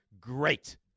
great